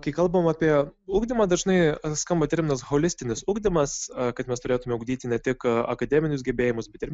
kai kalbam apie ugdymą dažnai skamba terminas holistinis ugdymas kad mes turėtume ugdyti ne tik akademinius gebėjimus bet ir